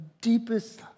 deepest